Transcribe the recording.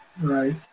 Right